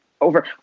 over